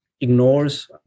ignores